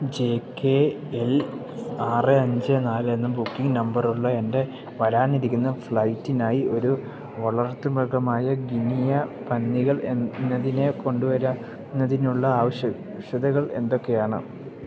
J K L ആറ് അഞ്ച് നാല് എന്ന ബുക്കിംഗ് നമ്പറുള്ള എൻ്റെ വരാനിരിക്കുന്ന ഫ്ലൈറ്റിനായി ഒരു വളർത്തുമൃഗമായ ഗിനിയ പന്നികൾ എന്നതിനെ കൊണ്ടുവരാ ന്നതിനുള്ള ആവശ്യ ശ്യതകൾ എന്തൊക്കെയാണ്